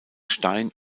stein